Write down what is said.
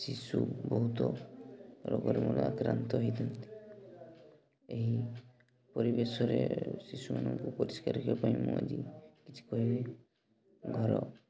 ଶିଶୁ ବହୁତ ରୋଗର ମୂଳ ଆକ୍ରାନ୍ତ ହେଇଥାନ୍ତି ଏହି ପରିବେଶରେ ଶିଶୁମାନଙ୍କୁ ପରିଷ୍କାର ରଖିବା ପାଇଁ ମୁଁ ଆଜି କିଛି କହିବି ଘର